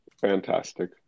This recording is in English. fantastic